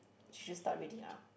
should just start reading up